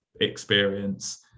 experience